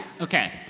Okay